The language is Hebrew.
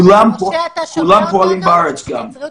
כולם פועלים בארץ גם.